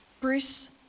Bruce